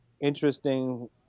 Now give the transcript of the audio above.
interesting